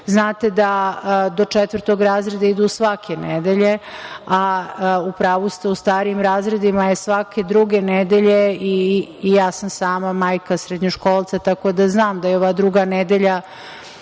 Znate da do četvrtog razreda idu svake nedelje. U pravu ste, u starijim razredima je svake druge nedelje. Ja sam sama majka srednjoškolca, tako da znam da ova druga nedelja,